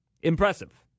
Impressive